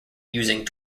using